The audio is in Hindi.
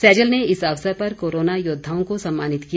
सैजल ने इस अवसर पर कोरोना योद्वाओं को सम्मानित किया